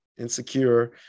Insecure